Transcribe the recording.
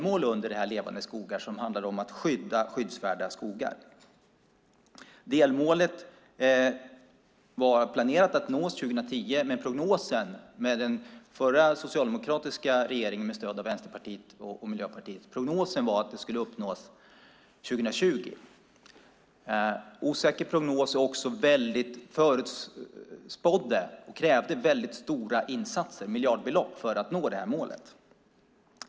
Man pratar om ledsna gubbar - det var rött, och gubben var ledsen. Det delmålet var planerat att nås 2010, men med den förra socialdemokratiska regeringen, med stöd av Vänsterpartiet och Miljöpartiet, var prognosen att det skulle uppnås 2020. Det var en osäker prognos, och det krävdes mycket stora insatser, miljardbelopp, för att nå målet.